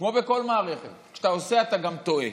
כמו בכל מערכת, כשאתה עושה אתה גם טועה.